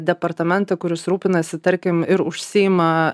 departamentą kuris rūpinasi tarkim ir užsiima